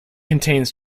contains